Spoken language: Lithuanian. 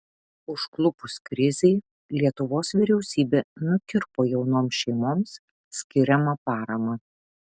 užklupus krizei lietuvos vyriausybė nukirpo jaunoms šeimoms skiriamą paramą